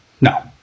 No